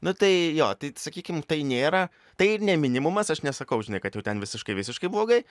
nu tai jo tai sakykim tai nėra tai ir ne minimumas aš nesakau žinai kad jau ten visiškai visiškai blogai